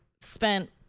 spent